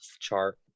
chart